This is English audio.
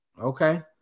okay